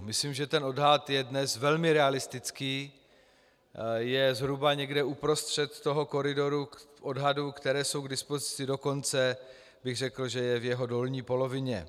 Myslím, že ten odhad je dnes velmi realistický, je zhruba někde uprostřed toho koridoru odhadů, které jsou k dispozici, dokonce bych řekl, že je v jeho dolní polovině.